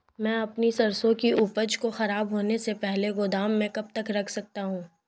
मैं अपनी सरसों की उपज को खराब होने से पहले गोदाम में कब तक रख सकता हूँ?